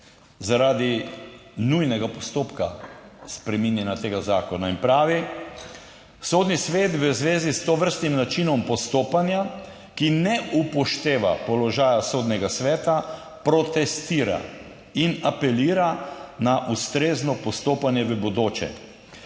zaradi nujnega postopka spreminjanja tega zakona in pravi: "Sodni svet v zvezi s tovrstnim načinom postopanja, ki ne upošteva položaja Sodnega sveta, protestira in apelira na ustrezno postopanje v bodoče".